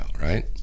right